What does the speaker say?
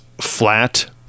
flat